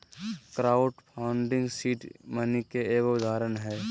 crowd funding seed money के एगो उदाहरण हय